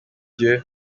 dieu